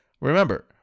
Remember